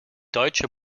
deutsche